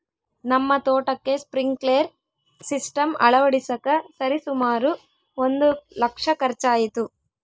ನಮ್ಮ ತೋಟಕ್ಕೆ sprinkler system ಅಳವಡಿಸಕ ಸರಿಸುಮಾರು ಒಂದು ಲಕ್ಷ ಖರ್ಚಾಯಿತು